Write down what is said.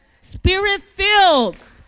spirit-filled